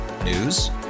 News